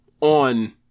on